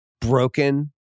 broken –